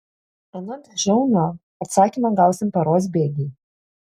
anot žiaunio atsakymą gausim paros bėgy